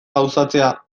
gauzatzea